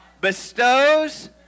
bestows